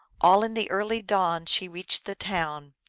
all in the early dawn she reached the town,